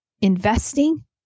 investing